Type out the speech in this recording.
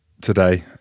today